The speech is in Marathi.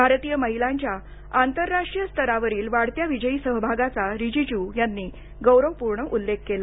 भारतीय महिलांच्या आंतरराष्ट्रीय स्तरावरील वाढत्या विजयी सहभागाचा रिजिज् यांनी गौरवपूर्ण उल्लेख केला